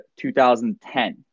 2010